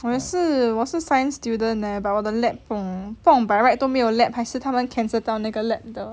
我也是我是 science student leh but 我的 lab 不懂不懂 by right 都没有 lab 还是他们 cancel 到那个 lab 的